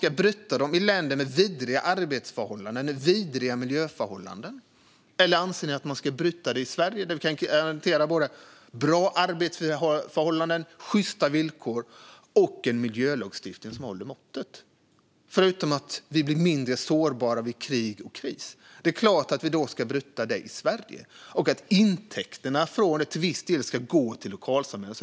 I länder med vidriga arbets och miljöförhållanden? Eller i Sverige, där vi kan garantera både bra arbetsförhållanden, sjysta villkor och en miljölagstiftning som håller måttet? Dessutom gör det oss mindre sårbara vid kris och krig. Det är klart att vi ska bryta dessa i Sverige och att intäkterna till viss del ska gå till lokalsamhället.